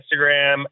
Instagram